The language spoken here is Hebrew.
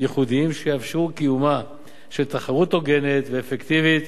ייחודיים שיאפשרו את קיומה של תחרות הוגנת ואפקטיבית